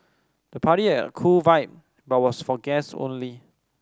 the party had a cool vibe but was for guests only